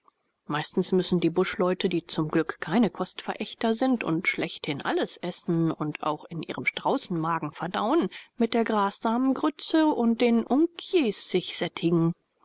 meistens müssen die buschleute die zum glück keine kostverächter sind und schlechthin alles essen und auch in ihrem straußenmagen verdauen mit der grassamengrütze und den unkjis sich